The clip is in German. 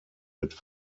mit